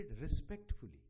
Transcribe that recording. respectfully